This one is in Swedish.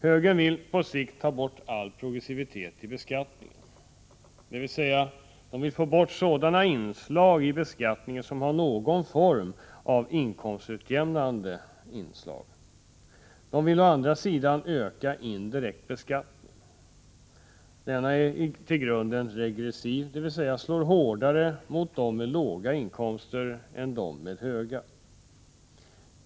Högern vill på sikt ta bort all progressivitet i beskattningen, dvs. de vill få bort sådana inslag i beskattningen som har någon inkomstutjämnande effekt. Den vill å andra sidan öka den indirekta beskattningen. Denna är till grunden regressiv, dvs. slår hårdare mot dem med låga inkomster än mot dem med höga.